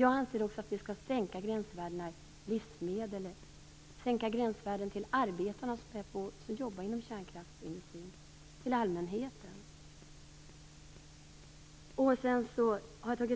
Jag anser också att vi skall sänka gränsvärdena för livsmedel, gränsvärdena för arbetarna som jobbar inom kärnkraftsindustrin och gränsvärdena för allmänheten. Jag har också